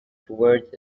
towards